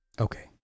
Okay